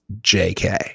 JK